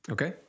Okay